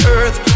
Earth